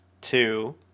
Two